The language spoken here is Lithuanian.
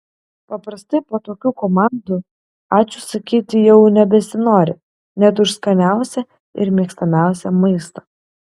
paprastai po tokių komandų ačiū sakyti jau nebesinori net už skaniausią ir mėgstamiausią maistą